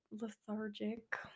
lethargic